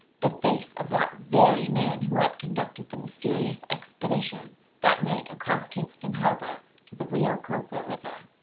the face of that very man who had conducted the mysterious expedition that night across kingston harbor to the rio cobra river.